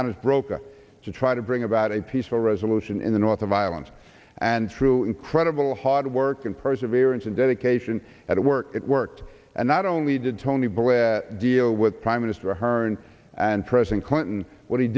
honest broker to try to bring about a peaceful resolution in the north of ireland and through incredible hard work and perseverance and dedication at work it worked and not only did tony blair deal with prime minister hearn and president clinton what he